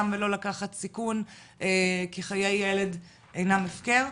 ולא לקחת סיכון כי חיי ילד אינם הפקר.